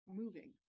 moving